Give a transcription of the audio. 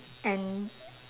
and